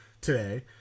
today